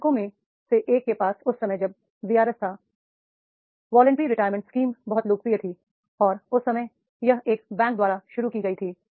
बैंकों में से एक के पास उस समय जब वीआरएस था वॉलंटरी रिटायरमेंटस्कीम बहुत लोकप्रिय थी और उस समय यह एक बैंक द्वारा शुरू की गई थी